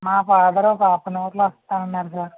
మా ఫాదర్ ఒక half an అవర్లో వస్తానన్నారు సార్